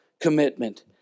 commitment